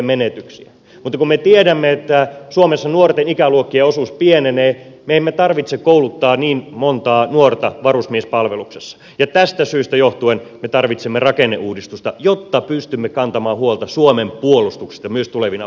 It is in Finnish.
mutta kun me tiedämme että suomessa nuorten ikäluokkien osuus pienenee meidän ei tarvitse kouluttaa niin montaa nuorta varusmiespalveluksessa ja tästä syystä johtuen me tarvitsemme rakenneuudistusta jotta pystymme kantamaan huolta suomen puolustuksesta myös tulevina vuosina